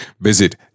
visit